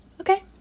okay